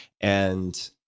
And-